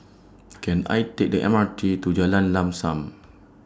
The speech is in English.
Can I Take The M R T to Jalan Lam SAM